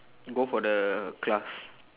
go for the class